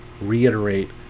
reiterate